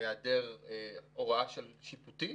היעדר הוראה שיפוטית?